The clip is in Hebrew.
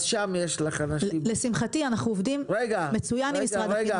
אז שם יש לך אנשים -- לשמחתי אנחנו עובדים מצוין עם משרד החינוך,